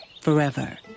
forever